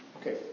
Okay